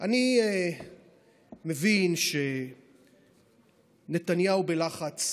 אני מבין שנתניהו בלחץ: